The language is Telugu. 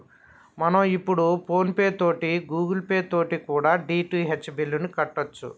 మనం ఇప్పుడు ఫోన్ పే తోటి గూగుల్ పే తోటి కూడా డి.టి.హెచ్ బిల్లుని కట్టొచ్చు